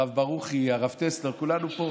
הרב ברוכי, הרב טסלר, כולנו פה.